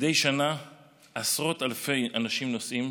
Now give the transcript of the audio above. מדי שנה עשרות אלפי אנשים נוסעים